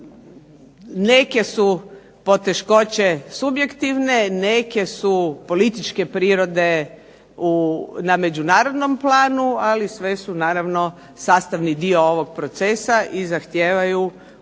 Neke su poteškoće subjektivne, neke su političke prirode na međunarodnom planu, ali sve su naravno sastavni dio ovog procesa i zahtijevaju od Vlade